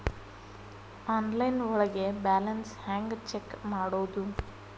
Online ಒಳಗೆ balance ಹ್ಯಾಂಗ check ಮಾಡೋದು?